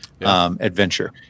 adventure